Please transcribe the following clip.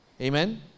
Amen